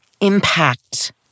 impact